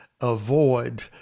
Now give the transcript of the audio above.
avoid